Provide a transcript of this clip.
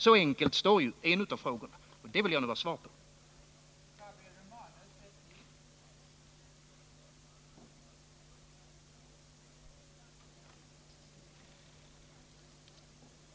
Så enkel är en av frågorna, och det är dessa frågor jag vill ha svar på.